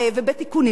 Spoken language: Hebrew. הרווחה והבריאות.